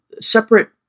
separate